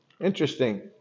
Interesting